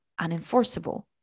unenforceable